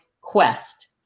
quest